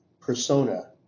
persona